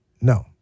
no